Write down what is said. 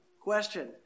Question